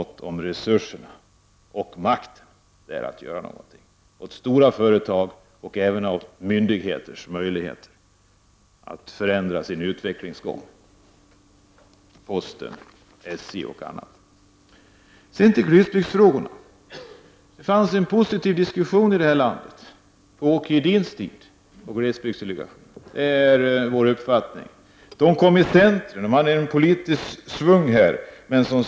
Att ha makt är att kunna göra någonting, t.ex. för stora företag, men även för myndigheters möjligheter att förändra sin utveckling, t.ex. posten och SJ. Nu över till glesbygdsfrågorna. Vår uppfattning är att det fördes en positiv diskussion i det här landet när Åke Edin var ordförande i glesbygdsdelegationen. Glesbygdsdelegationen hade politisk schvung och kom i centrum.